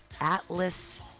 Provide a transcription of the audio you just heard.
Atlas